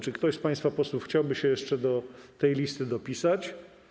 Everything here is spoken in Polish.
Czy ktoś z państwa posłów chciałby się jeszcze na tej liście dopisać?